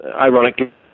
ironically